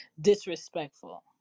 disrespectful